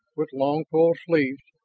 with long full sleeves,